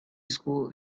school